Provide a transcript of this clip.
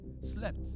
slept